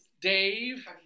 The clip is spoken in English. Dave